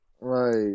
Right